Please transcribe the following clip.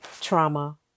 trauma